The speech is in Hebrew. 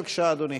בבקשה, אדוני.